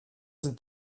sind